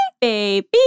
baby